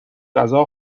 غذا